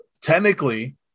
technically